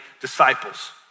disciples